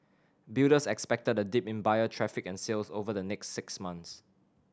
builders expected a dip in buyer traffic and sales over the next six months